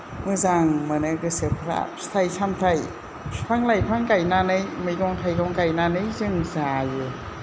मोजां मोनो गोसोफ्रा फिथाय सामथाय फिफां लाइफां गायनानै मैगं थाइगं गायनानै जों जायो